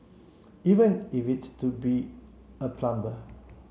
even if it's to be a plumber